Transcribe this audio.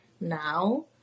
now